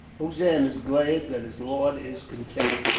hossein is glad that his lord is content,